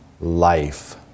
life